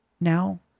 now